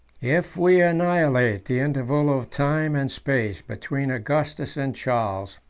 if we annihilate the interval of time and space between augustus and charles,